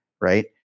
Right